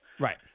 Right